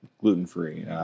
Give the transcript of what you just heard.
gluten-free